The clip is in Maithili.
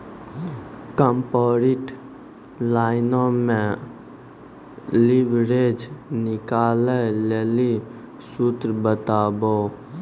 कॉर्पोरेट लाइनो मे लिवरेज निकालै लेली सूत्र बताबो